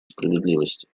справедливости